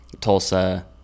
Tulsa